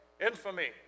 infamy